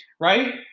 Right